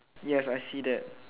yes I see that